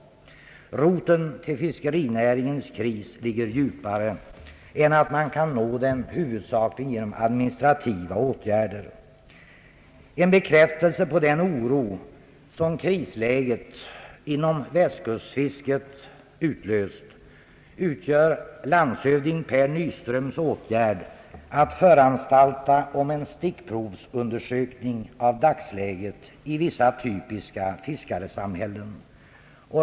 Roten till fiskerinäringens kris ligger djupare än att man kan nå den huvudsakligen genom administrativa åtgärder. En bekräftelse på den oro som krisläget inom västkustfisket utlöst utgör landshövding Per Nyströms åtgärd att föranstalta om en stickprovsundersökning av dagsläget i vissa typiska fiskaresamhällen.